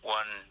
one